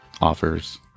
offers